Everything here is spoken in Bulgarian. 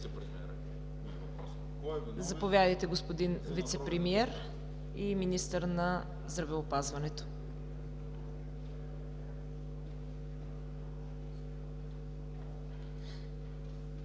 Заповядайте, господин Вицепремиер и министър на здравеопазването.